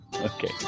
okay